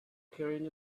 carrying